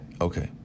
Okay